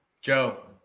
Joe